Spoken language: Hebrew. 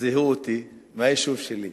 זיהו אותי, מהיישוב שלי.